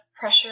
pressure